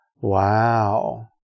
Wow